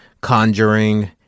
Conjuring